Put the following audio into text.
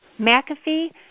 McAfee